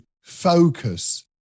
focus